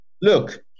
Look